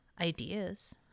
ideas